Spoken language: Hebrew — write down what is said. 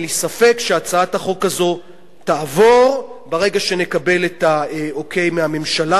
אין לי ספק שהצעת החוק הזאת תעבור ברגע שנקבל את האוקיי מהממשלה.